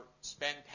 spend